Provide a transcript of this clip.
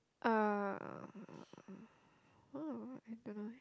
uh !huh! I don't know eh